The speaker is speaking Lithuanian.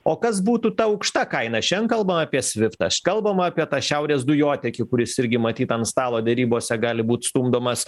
o kas būtų ta aukšta kaina šiandien kalbam apie sviftą kalbama apie tą šiaurės dujotiekį kuris irgi matyt ant stalo derybose gali būt stumdomas